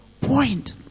point